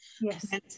Yes